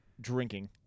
drinking